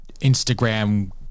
instagram